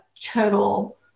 total